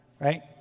Right